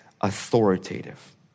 authoritative